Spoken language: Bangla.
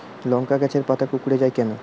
লংকা গাছের পাতা কুকড়ে যায় কেনো?